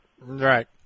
Right